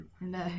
No